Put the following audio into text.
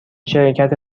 شرکت